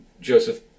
Joseph